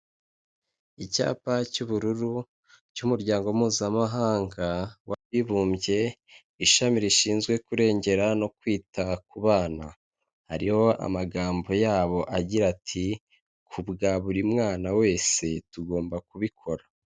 Icyapa cy'ubururu cy'umuryango mpuzamahanga w'abibumbye, ishami rishinzwe kurengera no kwita ku bana. Hariho amagambo agira ati:" Ku bwa buri mwana wese tugomba kubikora."